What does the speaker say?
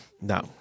No